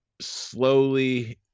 slowly